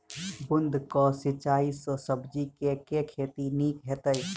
बूंद कऽ सिंचाई सँ सब्जी केँ के खेती नीक हेतइ?